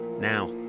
Now